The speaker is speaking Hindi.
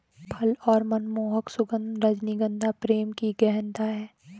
फल और मनमोहक सुगन्ध, रजनीगंधा प्रेम की गहनता है